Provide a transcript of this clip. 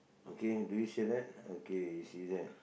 okay do you see that okay you see that